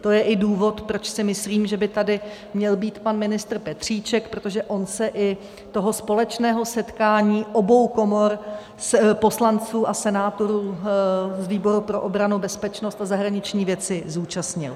To je i důvod, proč si myslím, že by tady měl být pan ministr Petříček, protože on se i toho společného setkání obou komor poslanců a senátorů z výboru pro obranu, bezpečnost a zahraniční věci zúčastnil.